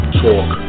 talk